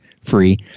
free